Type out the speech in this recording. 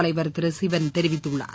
தலைவர் திரு சிவன் தெரிவித்துள்ளார்